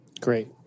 Great